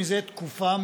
מזה תקופה,